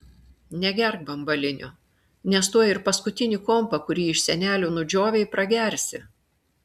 negerk bambalinio nes tuoj ir paskutinį kompą kurį iš senelių nudžiovei pragersi